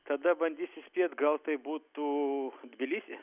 tada bandysiu spėt gal tai būtų tbilisi